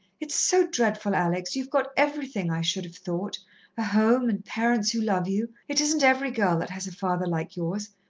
it's so dreadful, alex you've got everything, i should have thought home, and parents who love you it isn't every girl that has a father like yours,